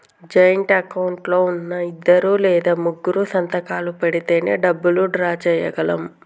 joint account లో ఉన్నా ఇద్దరు లేదా ముగ్గురూ సంతకాలు పెడితేనే డబ్బులు డ్రా చేయగలం